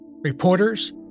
Reporters